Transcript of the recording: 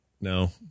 No